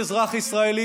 וכל אזרח ישראלי,